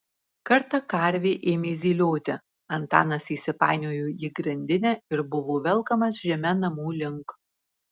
kartą karvė ėmė zylioti antanas įsipainiojo į grandinę ir buvo velkamas žeme namų link